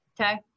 Okay